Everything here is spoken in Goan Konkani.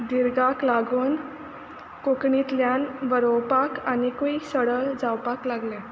दिर्गाक लागून कोंकणींतल्यान बरोवपाक आनिकूय सरळ जावपाक लागलें